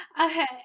Okay